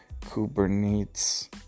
Kubernetes